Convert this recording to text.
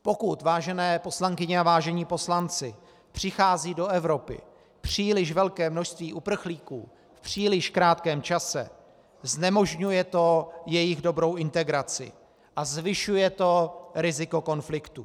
Pokud, vážené poslankyně a vážení poslanci, přichází do Evropy příliš velké množství uprchlíků v příliš krátkém čase, znemožňuje to jejich dobrou integraci a zvyšuje to riziko konfliktu.